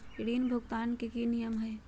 ऋण भुगतान के की की नियम है?